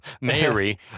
Mary